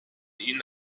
ihnen